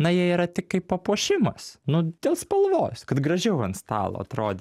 na jie yra tik kaip papuošimas nu dėl spalvos kad gražiau ant stalo atrodys